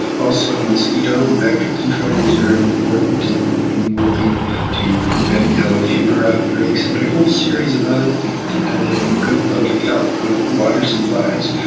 also mosquito vector control was very important in in working to prevent yellow fever outbreaks, and a whole series of other things depending on good public health, good water supplies,